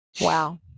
Wow